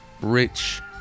rich